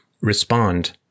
respond